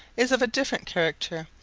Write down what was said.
is of a different character,